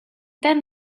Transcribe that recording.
then